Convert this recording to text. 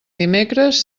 dimecres